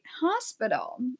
Hospital